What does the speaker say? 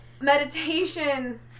Meditation